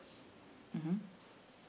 mmhmm